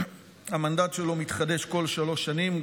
שלו מתחדש כל שלוש שנים,